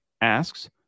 Asks